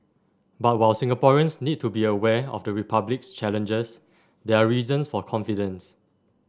but while Singaporeans need to be aware of the Republic's challenges there are reasons for confidence